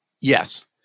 Yes